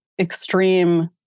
extreme